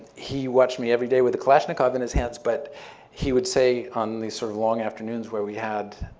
he watched me every day with a kalashnikov in his hands, but he would say, on these sort of long afternoons where we had